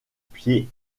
pieds